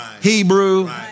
Hebrew